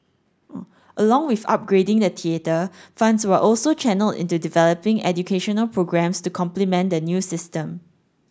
along with upgrading the theatre funds were also channelled into developing educational programmes to complement the new system